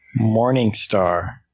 Morningstar